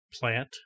plant